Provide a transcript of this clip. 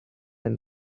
and